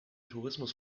tourismus